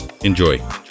Enjoy